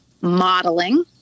modeling